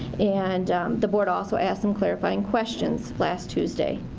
and the board also asked some clarifying questions last tuesday.